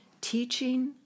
teaching